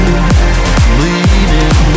bleeding